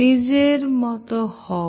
নিজের মত হও